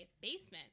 basement